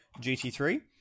GT3